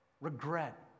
regret